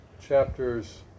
chapters